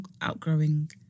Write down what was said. outgrowing